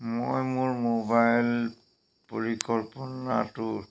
মই মোৰ মোবাইল পৰিকল্পনাটো